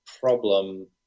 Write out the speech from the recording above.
problem